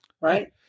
Right